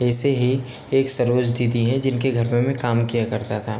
ऐसे ही एक सरोज दीदी हैं जिन के घर पे मैं काम किया करता था